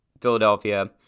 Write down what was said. philadelphia